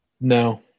No